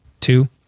two